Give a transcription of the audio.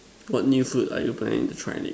got new food are you planning to try it